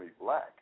black